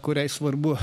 kuriai svarbu